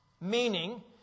Meaning